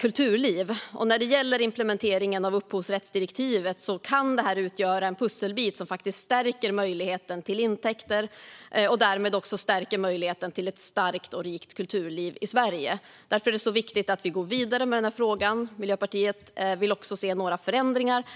kulturliv. När det gäller implementeringen av upphovsrättsdirektivet kan det utgöra en pusselbit som faktiskt stärker möjligheten till intäkter och därmed också möjligheten till ett starkt och rikt kulturliv i Sverige. Därför är det viktigt att vi går vidare med frågan. Miljöpartiet vill också se några förändringar.